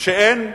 כשאין,